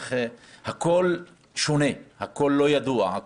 הכול שונה, הכול לא ידוע.